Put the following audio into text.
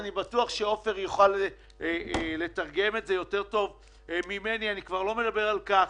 אני כבר לא מדבר על כך